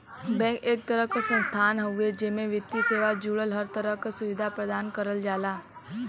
bank एक तरह क संस्थान हउवे जेमे वित्तीय सेवा जुड़ल हर तरह क सुविधा प्रदान करल जाला